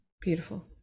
Beautiful